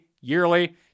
yearly